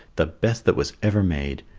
the best that was ever made.